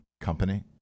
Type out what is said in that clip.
company